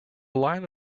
line